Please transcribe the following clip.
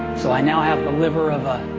so i now have the liver of a